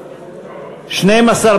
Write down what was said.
אחרי סעיף 1 לא נתקבלה.